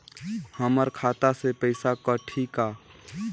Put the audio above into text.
हमर खाता से पइसा कठी का?